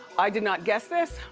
i did not guess this.